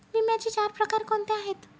विम्याचे चार प्रकार कोणते आहेत?